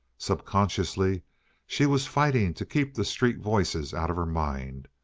subconsciously she was fighting to keep the street voices out of her mind.